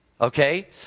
okay